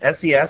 SES